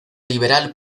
liberal